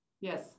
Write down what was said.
Yes